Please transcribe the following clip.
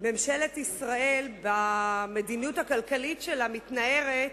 ממשלת ישראל, במדיניות הכלכלית שלה, מתנערת